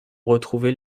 retrouvait